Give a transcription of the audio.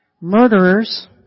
Murderers